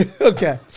Okay